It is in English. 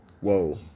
whoa